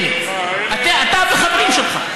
האלה, אתה והחברים שלך.